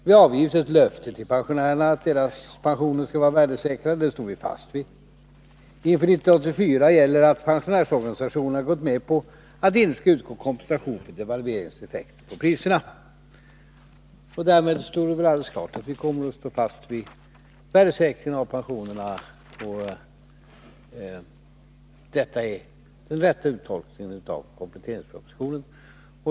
Vi har avgett ett löfte till pensionärerna att deras pensioner skall vara värdesäkrade. Det står vi fast vid. Inför 1984 gäller att pensionärsorganisationerna har gått med på att det inte skall utgå kompensation för devalveringseffekter på priserna. Därmed står det väl alldeles klart att vi kommer att stå fast vid löftet om värdesäkring av pensionerna. Detta är den rätta uttolkningen av kompletteringspropositionen.